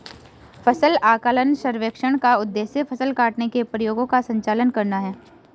फसल आकलन सर्वेक्षण का उद्देश्य फसल काटने के प्रयोगों का संचालन करना है